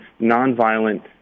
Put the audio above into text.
nonviolent